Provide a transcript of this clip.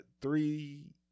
three